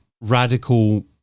radical